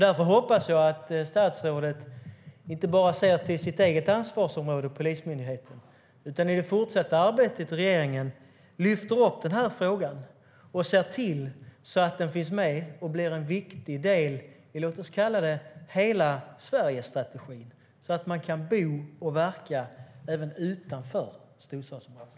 Därför hoppas jag att statsrådet inte bara ser till sitt eget ansvarsområde, polisen, utan i det fortsatta arbetet i regeringen lyfter upp den här frågan och ser till att den finns med och blir en viktig del av vad vi kan kalla hela-Sverige-strategin, så att man ska kunna bo och verka även utanför storstadsområdena.